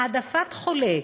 העדפת חולה